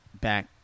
back